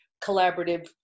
collaborative